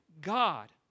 God